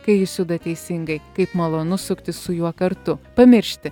kai jis juda teisingai kaip malonu suktis su juo kartu pamiršti